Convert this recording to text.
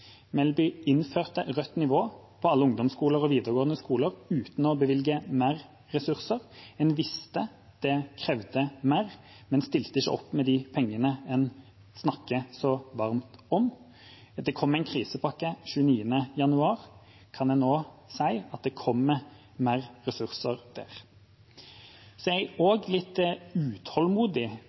rødt nivå på alle ungdomsskoler og videregående skoler uten å bevilge flere ressurser. En visste at det krevde mer, men stilte ikke opp med de pengene en snakker så varmt om. Det kom en krisepakke den 29. januar. Kan en nå si at det kommer flere ressurser? Jeg er også litt utålmodig